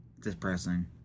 Depressing